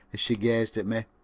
as she gazed at me.